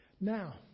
Now